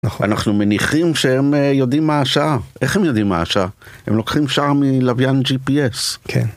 אנחנו מניחים שהם יודעים מה השעה, איך הם יודעים מה השעה? הם לוקחים שעה מלוויין gps.